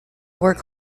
work